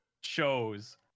shows